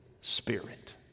spirit